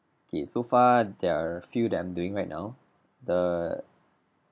K so far there are a few that I'm doing right now the